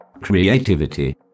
creativity